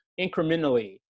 incrementally